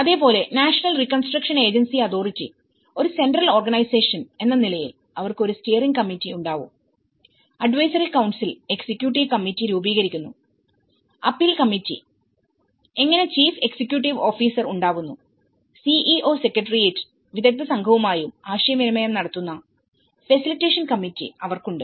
അതേപോലെ national reconstruction agency authority ഒരു central organisation എന്ന നിലയിൽ അവർക്ക് ഒരു സ്റ്റിയറിങ് കമ്മിറ്റി ഉണ്ടാവും അഡ്വൈസറി കൌൺസിൽl എക്സിക്യൂട്ടീവ് കമ്മിറ്റി രൂപീകരിക്കുന്ന അപ്പീൽ കമ്മിറ്റിഅങ്ങനെ ചീഫ് എക്സിക്യൂട്ടീവ് ഓഫീസർ ഉണ്ടാവുന്നുസിഇഒ സെക്രട്ടേറിയറ്റും വിദഗ്ധ സംഘവുമായും ആശയവിനിമയം നടത്തുന്ന ഫെസിലിറ്റേഷൻ കമ്മിറ്റി അവർക്കുണ്ട്